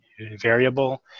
variable